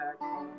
back